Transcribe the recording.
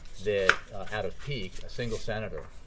that out of pique, a single senator